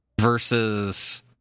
versus